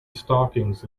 stockings